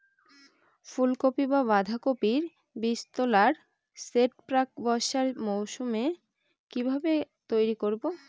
ফুলকপি বা বাঁধাকপির বীজতলার সেট প্রাক বর্ষার মৌসুমে কিভাবে তৈরি করব?